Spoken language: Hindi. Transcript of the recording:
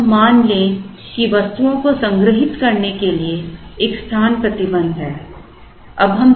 आइए हम मान लें कि वस्तुओं को संग्रहीत करने के लिए एक स्थान प्रतिबंध है